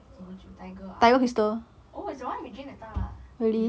什么酒 tiger ah oh it's the one we drink that time with